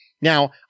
Now